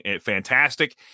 fantastic